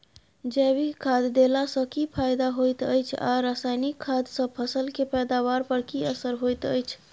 जैविक खाद देला सॅ की फायदा होयत अछि आ रसायनिक खाद सॅ फसल के पैदावार पर की असर होयत अछि?